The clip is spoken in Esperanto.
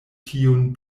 tiun